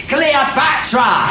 Cleopatra